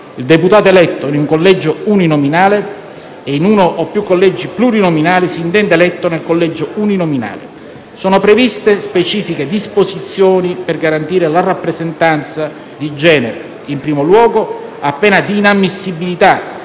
Il deputato eletto in un collegio uninominale e in uno o più collegi plurinominali si intende eletto nel collegio uninominale. Sono previste specifiche disposizioni per garantire la rappresentanza di genere. In primo luogo, a pena di inammissibilità,